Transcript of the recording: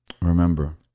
Remember